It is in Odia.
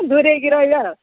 ଦୂରେଇକି ରହିବା